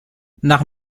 nach